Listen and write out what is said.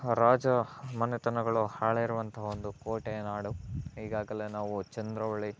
ರಾಜ ಮನೆತನಗಳು ಆಳಿರುವಂತಹ ಒಂದು ಕೋಟೆಯ ನಾಡು ಈಗಾಗಲೇ ನಾವು ಚಂದ್ರೋಳಿ